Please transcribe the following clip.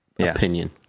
opinion